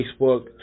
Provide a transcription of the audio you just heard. Facebook